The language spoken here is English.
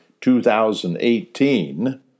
2018